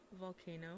Volcano